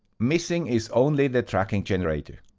missing is only the tracking generator.